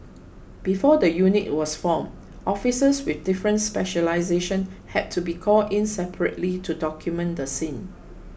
before the unit was formed officers with different specialisations had to be called in separately to document the scene